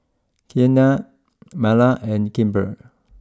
Keanna Marla and Kimber